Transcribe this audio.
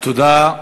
תודה.